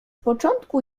początku